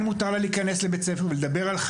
מותר להן להיכנס לבתי הספר ולדבר על שלום,